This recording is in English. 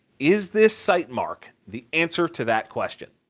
is this sightmark the answer to that questions?